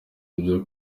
ibyo